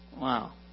Wow